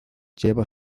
lleva